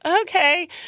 okay